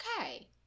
okay